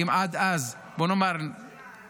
אם עד אז, בוא נאמר חודש,